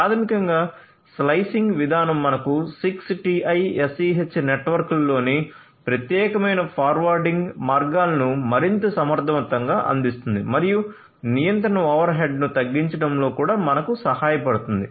ప్రాథమికంగా స్లైసింగ్ విధానం మనకు 6TiSCH నెట్వర్క్లోని ప్రత్యేకమైన ఫార్వార్డింగ్ మార్గాలను మరింత సమర్థవంతంగా అందిస్తుంది మరియు నియంత్రణ ఓవర్హెడ్ను తగ్గించడంలో కూడా మనకు సహాయపడుతుంది